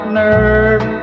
nerve